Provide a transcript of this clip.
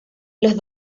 los